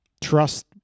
trust